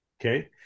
Okay